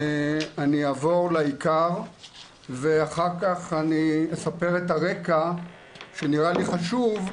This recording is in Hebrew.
אני אעבור לעיקר ואחר כך אני אספר את הרקע שנראה לי חשוב,